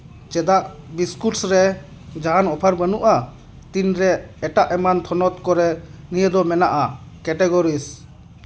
ᱪᱮᱫᱟᱜ ᱵᱤᱥᱠᱩᱴᱥ ᱨᱮ ᱡᱟᱦᱟᱱ ᱚᱯᱷᱟᱨ ᱵᱟᱹᱱᱩᱜᱼᱟ ᱛᱤᱱᱨᱮ ᱮᱴᱟᱜ ᱮᱢᱟᱱ ᱛᱷᱚᱱᱚᱛ ᱠᱚᱨᱮ ᱱᱤᱭᱟᱹ ᱫᱚ ᱢᱮᱱᱟᱜᱼᱟ ᱠᱮᱴᱮᱜᱚᱨᱤᱥ